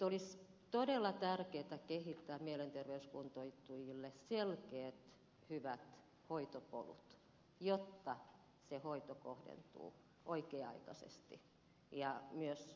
olisi todella tärkeätä kehittää mielenterveyskuntoutujille selkeät hyvät hoitopolut jotta hoito kohdentuu oikea aikaisesti ja myös oikeaa hoitoa